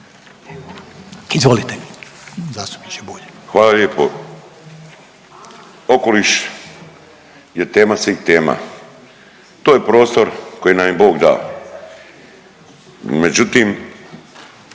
Miro (MOST)** Hvala lijepo. Okoliš je tema svih tema. To je prostor koji nam je Bog da. Međutim,